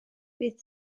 bydd